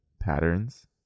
patterns